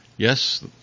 Yes